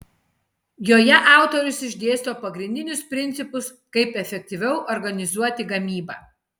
joje autorius išdėsto pagrindinius principus kaip efektyviau organizuoti gamybą